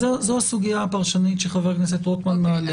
זו הסוגיה הפרשנית שחבר הכנסת רוטמן מעלה.